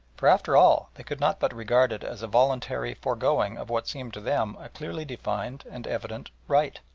for, after all, they could not but regard it as a voluntary foregoing of what seemed to them a clearly defined and evident right.